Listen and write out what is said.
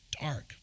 dark